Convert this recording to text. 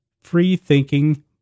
free-thinking